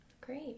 Great